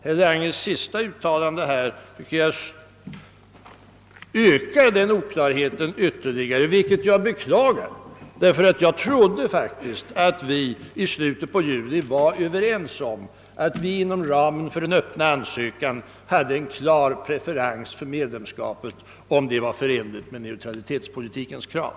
Herr Langes senaste uttalande ökar, tycker jag, den oklarheten ytterligare, vilket jag beklagar. Jag trodde faktiskt att vi i slutet av juli var överens om att vi inom ramen för den öppna ansökan hade en klar preferens för medlemskapet, om det var förenligt med = neutralitetspolitikens krav.